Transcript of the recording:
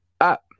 up